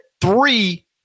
three